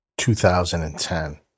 2010